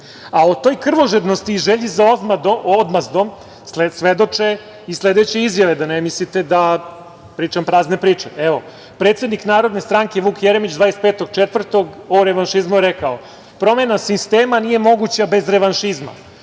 o toj krvožednosti i želji za odmazdom svedoče i sledeće izjave da ne mislite da pričam prazne priče. Predsednik Narodne stranke Jeremić 25.4. o revanšizmu je rekao „Promena sistema nije moguća bez revanšizma